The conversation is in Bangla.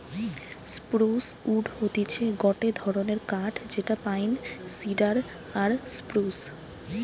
স্প্রুস উড হতিছে গটে ধরণের কাঠ যেটা পাইন, সিডার আর স্প্রুস